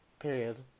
Period